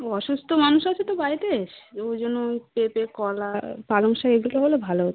ও অসুস্ত মানুষ আছে তো বাড়িতে ওই জন্য একটু কলা পালং শাক এগুলো হলে ভালো হতো